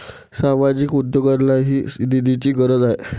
सामाजिक उद्योगांनाही निधीची गरज आहे